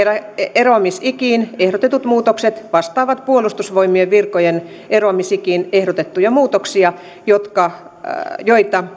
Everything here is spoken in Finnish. eroamisikiin ehdotetut muutokset vastaavat puolustusvoimien virkojen eroamisikiin ehdotettuja muutoksia joita